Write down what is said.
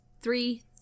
three